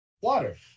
water